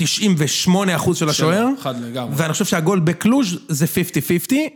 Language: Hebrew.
98% של השוער. חד לגמרי. ואני חושב שהגול בקלוז׳ זה 50-50.